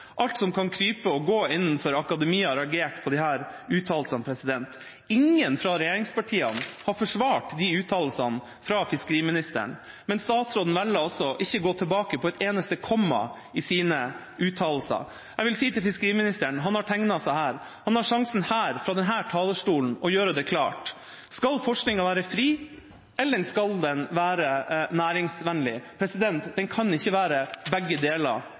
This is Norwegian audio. Alt som kan krype og gå innenfor akademia, reagerte på disse uttalelsene. Ingen fra regjeringspartiene har forsvart uttalelsene fra fiskeriministeren, men statsråden velger ikke å gå tilbake på et eneste komma i sine uttalelser. Jeg vil si til fiskeriministeren, som har tegnet seg, at han har sjansen fra denne talerstolen å gjøre det klart: Skal forskninga være fri, eller skal den være næringsvennlig? Den kan ikke være begge deler